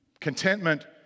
Contentment